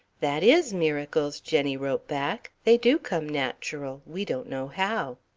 that is miracles, jenny wrote back. they do come natural we don't know how.